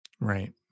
Right